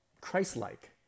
Christ-like